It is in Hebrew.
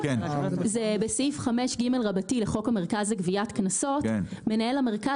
בסעיף 5ג לחוק המרכז לגביית קנסות: "מנהל המרכז